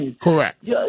Correct